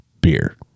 beer